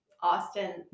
Austin